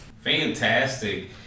Fantastic